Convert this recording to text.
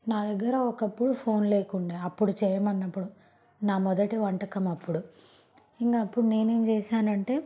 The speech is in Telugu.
నా దగ్గర ఒకప్పుడు ఫోన్ లేకుండే అప్పుడు చేయమన్నపుడు నా మొదటి వంటకం అప్పుడు ఇంకా అప్పుడు నేనేం చేసానంటే